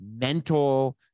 mental